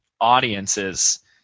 audiences